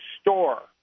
store